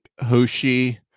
Hoshi